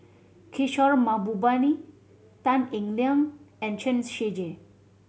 Kishore Mahbubani Tan Eng Liang and Chen Shiji